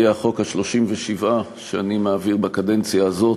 יהיה החוק ה-37 שאני מעביר בקדנציה הזאת,